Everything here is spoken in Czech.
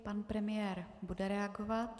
Pan premiér bude reagovat.